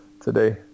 today